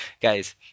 guys